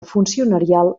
funcionarial